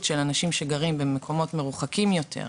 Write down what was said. של אנשים שגרים במקומות מרוחקים יותר: